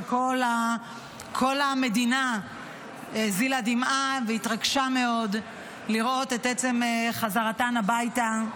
שכל המדינה הזילה דמעה והתרגשה מאוד לראות את עצם חזרתן הביתה.